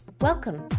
Welcome